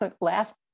last